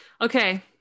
Okay